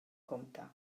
compte